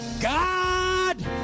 God